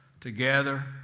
together